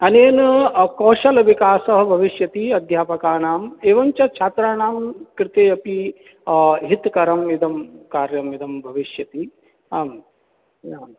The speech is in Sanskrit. अनेन कौशलविकासः भविष्यति अध्यापकानाम् एवञ्च छात्राणाङ्कृते अपि हितकरम् इदं कार्यम् इदं भविष्यति आम् आम्